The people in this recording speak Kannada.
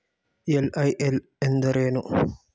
ಎಲ್.ಐ.ಎಲ್ ಎಂದರೇನು?